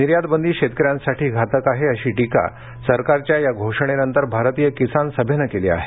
निर्यातबंदी शेतकऱ्यांसाठी घातक आहे अशी टीका सरकारच्या या घोषणेनंतर भारतीय किसान सभेनं केली आहे